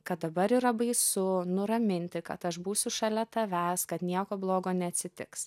kad dabar yra baisu nuraminti kad aš būsiu šalia tavęs kad nieko blogo neatsitiks